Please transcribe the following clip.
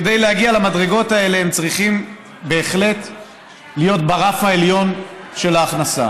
כדי להגיע למדרגות האלה הם צריכים בהחלט להיות ברף העליון של ההכנסה.